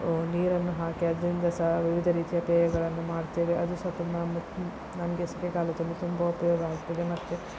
ನೀರನ್ನು ಹಾಕಿ ಅದರಿಂದ ಸಹ ವಿವಿಧ ರೀತಿಯ ಪೇಯಗಳನ್ನು ಮಾಡ್ತೇವೆ ಅದು ಸಹ ತುಂಬ ನಮಗೆ ಸೆಕೆಗಾಲದಲ್ಲಿ ತುಂಬ ಉಪಯೋಗ ಆಗ್ತದೆ ಮತ್ತೆ